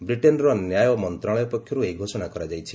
ବ୍ରିଟେନ୍ର ନ୍ୟାୟ ମନ୍ତ୍ରଣାଳୟ ପକ୍ଷରୁ ଏହି ଘୋଷଣା କରାଯାଇଛି